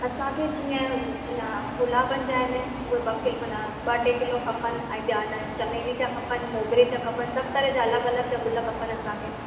असांखे जीअं ग़ुला गुलाबनि जा आहिनि उहे ॿ किल माना ॿ टे किलो खपनि ऐं ॿिया इन चमेली जा खपनि मोगरे जा खपनि सभु तरह जा अलॻि अलॻि जा ग़ुल खपनि असांखे